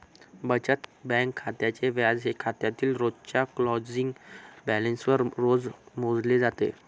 बचत बँक खात्याचे व्याज हे खात्यातील रोजच्या क्लोजिंग बॅलन्सवर रोज मोजले जाते